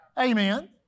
Amen